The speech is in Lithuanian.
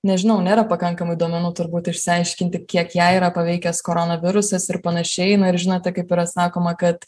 nežinau nėra pakankamai duomenų turbūt išsiaiškinti kiek ją yra paveikęs koronavirusas ir panašiai nu ir žinote kaip yra sakoma kad